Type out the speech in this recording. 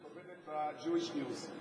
רוזנבליט, עובדת ב-Jewish News.